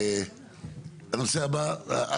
הנושא הבא?